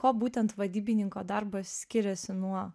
ko būtent vadybininko darbas skiriasi nuo